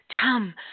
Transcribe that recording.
Come